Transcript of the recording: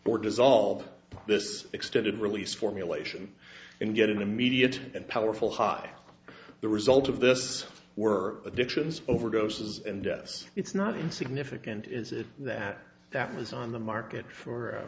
or dissolve this extended release formulation and get an immediate and powerful high the results of this were addictions overdoses and deaths it's not insignificant is it that that was on the market for